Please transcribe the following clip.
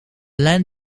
land